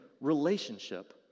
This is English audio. relationship